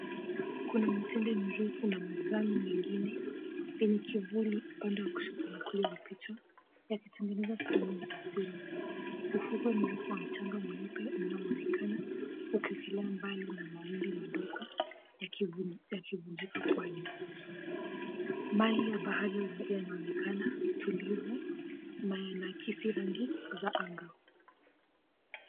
Kuna mitende mirefu na majani mengine yenye kivuli upande wa kushoto na kulia wa picha yakitengeeza fremu ya asili. Ufukwe mrefu wa mchanga mweupe unaoonekana ukiekelea mbali na mawingu madogo yakivunjika pwani. Mali ya bahari yanaonekana tulivu na yanakisi rangi za anga.